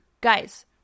Guys